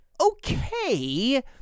okay